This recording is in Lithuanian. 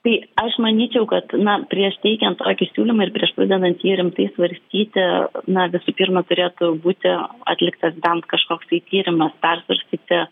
tai aš manyčiau kad na prieš teikiant tokį siūlymą ir prieš pradedant jį rimtai svarstyti na visų pirma turėtų būti atliktas bent kažkoksai tyrimas persvarstyti